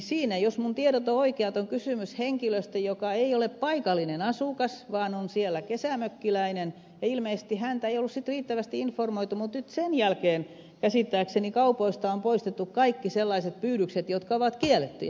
siinä jos minun tietoni ovat oikeat on kysymys henkilöstä joka ei ole paikallinen asukas vaan on siellä kesämökkiläinen ja ilmeisesti häntä ei ollut sitten riittävästi informoitu mutta nyt sen jälkeen käsittääkseni kaupoista on poistettu kaikki sellaiset pyydykset jotka ovat kiellettyjä